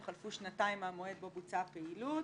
חלפו שנתיים מהמועד בו בוצעה הפעילות."